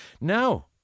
Now